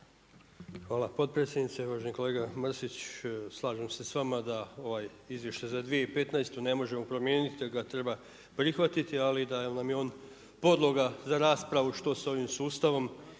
Hvala potpredsjednice. Uvaženi kolega Mrsić, slažem se sa vama da ovaj izvještaj za 2015. ne možemo promijeniti već ga treba prihvatiti, ali da nam je on podloga za raspravu što s ovim sustavom